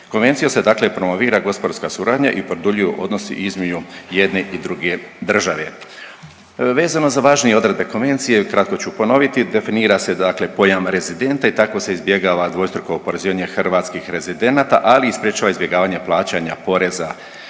Konvencijom se dakle promovira gospodarska suradnja i produljuju odnosi između jedne i druge države. Vezano za važnije odredbe Konvencije, kratko ću ponoviti, definira se dakle pojam rezidenta i tako se izbjegava dvostruko oporezivanje hrvatskih rezidenata, ali i sprječava izbjegavanje plaćanja poreza